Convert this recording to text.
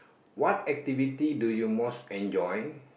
what activity do you most enjoy